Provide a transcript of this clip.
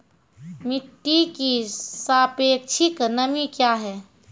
मिटी की सापेक्षिक नमी कया हैं?